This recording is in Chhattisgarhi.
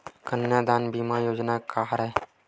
कन्यादान बीमा योजना का हरय?